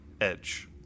Edge